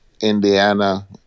Indiana